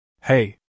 Hey